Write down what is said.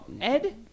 Ed